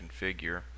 configure